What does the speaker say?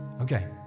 Okay